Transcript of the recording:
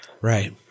Right